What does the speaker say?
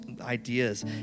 ideas